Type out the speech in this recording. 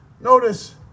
Notice